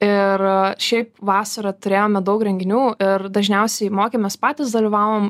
ir šiaip vasarą turėjome daug renginių ir dažniausiai mokėmės patys dalyvavom